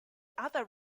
other